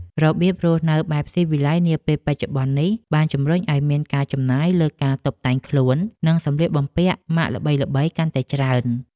របៀបរស់នៅបែបស៊ីវិល័យនាពេលបច្ចុប្បន្ននេះ បានជំរុញឱ្យមានការចំណាយលើការតុបតែងខ្លួន និងសម្លៀកបំពាក់ម៉ាកល្បីៗកាន់តែច្រើន។